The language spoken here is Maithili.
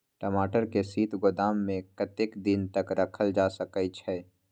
टमाटर के शीत गोदाम में कतेक दिन तक रखल जा सकय छैय?